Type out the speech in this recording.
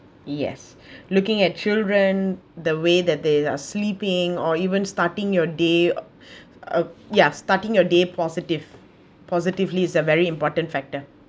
yes looking at children the way that they are sleeping or even starting your day uh ya starting your day positive positively is a very important factor